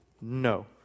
no